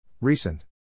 Recent